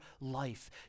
life